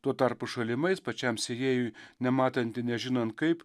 tuo tarpu šalimais pačiam sėjėjui nematant ir nežinant kaip